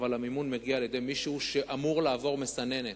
אבל המימון מגיע על-ידי מישהו שאמור לעבור מסננת.